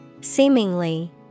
Seemingly